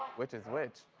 which is which?